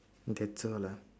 that's all lah